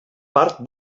part